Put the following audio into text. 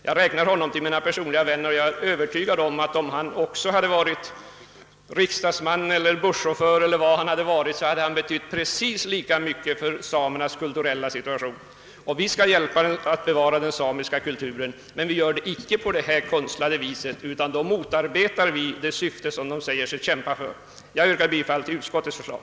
Jag räknar honom till mina personliga vänner, och jag är övertygad om att han, även om han hade varit riksdagsman eller busschaufför eller vad som helst annat, hade betytt precis lika mycket för samernas kulturella situation. Vi skall hjälpa samerna att bevara sin kultur, men vi gör det icke på detta konstlade vis; tvärtom skulle vi därigenom motarbeta det syfte de säger sig kämpa för. Jag yrkar bifall till utskottets förslag.